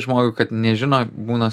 žmogui kad nežino būna